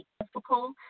difficult